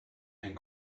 and